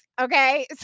Okay